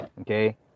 okay